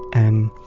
and